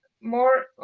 more